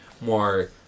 more